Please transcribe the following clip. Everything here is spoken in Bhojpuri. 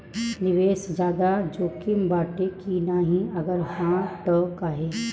निवेस ज्यादा जोकिम बाटे कि नाहीं अगर हा तह काहे?